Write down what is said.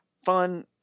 fun